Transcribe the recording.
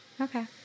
Okay